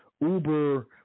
Uber